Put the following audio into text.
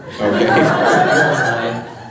Okay